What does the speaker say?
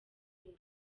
yose